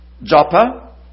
Joppa